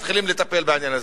מתחילים לטפל בעניין הזה.